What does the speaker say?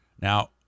Now